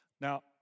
Now